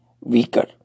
weaker